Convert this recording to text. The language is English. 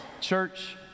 church